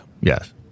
Yes